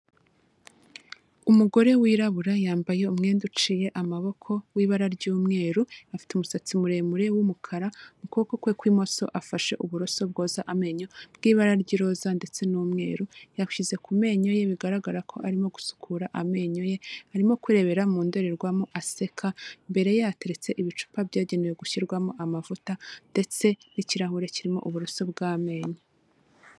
Umugore wirabura yambaye umwenda uciye amaboko w'ibara ry'umweru, afite umusatsi muremure w'umukara, ukuboko kwe kw'imoso afashe uburoso bwoza amenyo bw'ibara ry'iroza ndetse n'umweru, yabushyize ku menyo ye, bigaragara ko arimo gusukura amenyo ye, arimo kwirebera mu ndorerwamo aseka, imbere ye hateretse ibicupa byagenewe gushyirwamo amavuta ndetse n'ikirahure kirimo uburoso bw'amenyo.